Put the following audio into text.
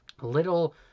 little